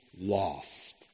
lost